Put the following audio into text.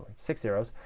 six zero s,